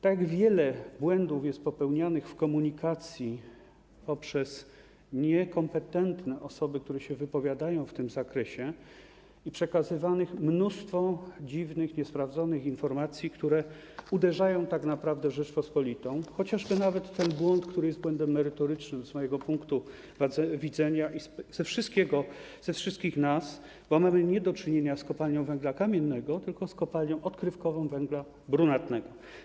Tak wiele błędów jest popełnianych w komunikacji przez niekompetentne osoby, które się wypowiadają w tym zakresie, i przekazywanych mnóstwo dziwnych, niesprawdzonych informacji, które uderzają tak naprawdę w Rzeczpospolitą, chociażby nawet ten błąd, który jest błędem merytorycznym z mojego punktu widzenia i wszystkich nas, bo mamy do czynienia nie z kopalnią węgla kamiennego, tylko z kopalnią odkrywkową węgla brunatnego.